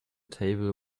table